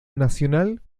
nacional